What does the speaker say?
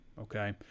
okay